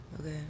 okay